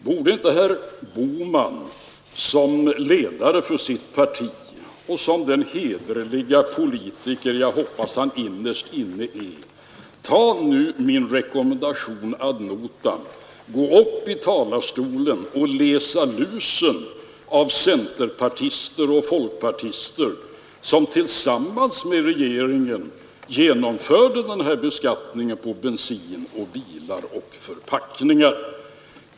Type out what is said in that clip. Borde inte herr Bohman som ledare för sitt parti och som den hederlige politiker jag hoppas att han innerst inne är nu ta min rekommendation ad notam och gå upp i talarstolen och läsa lusen av centerpartister och folkpartister, som tillsammans med regeringen genomförde beskattningen på bensin, bilar och förpackningar?